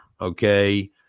okay